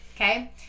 okay